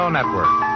Network